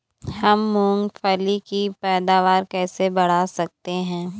हम मूंगफली की पैदावार कैसे बढ़ा सकते हैं?